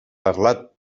parlat